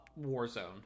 Warzone